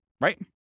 right